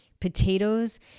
potatoes